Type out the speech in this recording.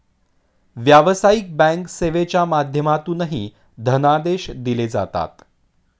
व्यावसायिक बँक सेवेच्या माध्यमातूनही धनादेश दिले जातात